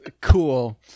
cool